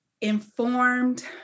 informed